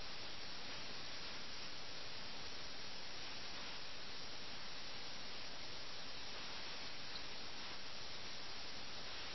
ഒരാൾ അഞ്ച് മിനിറ്റിൽ കൂടുതൽ സമയമെടുത്താൽ അവനെ പരാജിതനായി കണക്കാക്കണം